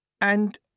And